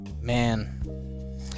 Man